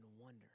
wonder